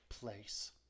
place